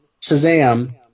Shazam